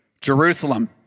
Jerusalem